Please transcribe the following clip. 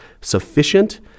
sufficient